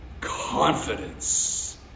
confidence